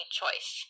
choice